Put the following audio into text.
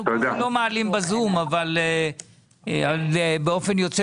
אנחנו בדרך כלל לא מעלים בזום אבל באופן יוצא